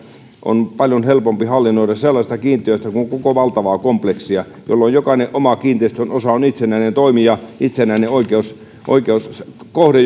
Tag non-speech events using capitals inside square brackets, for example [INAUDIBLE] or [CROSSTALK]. on paljon helpompi hallinnoida sellaista kiinteistöä koko valtavaa kompleksia kun jokainen oma kiinteistön osa on itsenäinen toimija itsenäinen oikeuskohde oikeuskohde [UNINTELLIGIBLE]